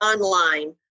online